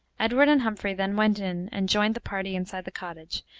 edward and humphrey then went in and joined the party inside the cottage,